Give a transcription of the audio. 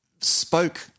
spoke